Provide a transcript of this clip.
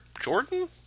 jordan